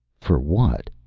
for what?